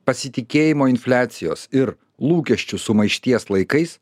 pasitikėjimo infliacijos ir lūkesčių sumaišties laikais